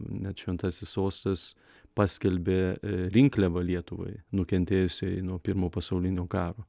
net šventasis sostas paskelbė rinkliavą lietuvai nukentėjusiai nuo pirmo pasaulinio karo